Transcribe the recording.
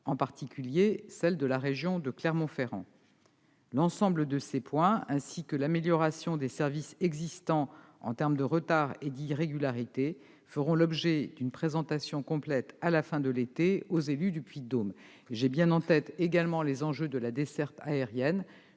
en particulier celle de la région de Clermont-Ferrand. L'ensemble de ces points, ainsi que l'amélioration des services existants en termes de retards et d'irrégularités, fera l'objet d'une présentation complète à la fin de l'été aux élus du Puy-de-Dôme. Ayant bien conscience également des enjeux de la desserte aérienne,